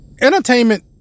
entertainment